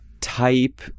type